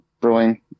brewing